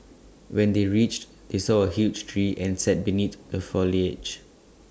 when they reached they saw A huge tree and sat beneath the foliage